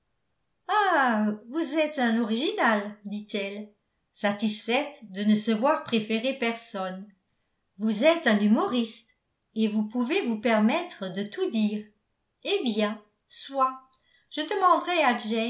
ah vous êtes un original dit-elle satisfaite de ne se voir préférer personne vous êtes un humoriste et vous pouvez vous permettra de tout dire eh bien soit je demanderai à